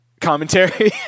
commentary